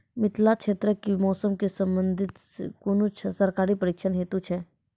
मिथिला क्षेत्रक कि मौसम से संबंधित कुनू सरकारी प्रशिक्षण हेतु छै?